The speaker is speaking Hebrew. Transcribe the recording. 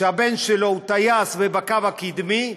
כשהבן שלו טייס, ובקו הקדמי.